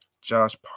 josh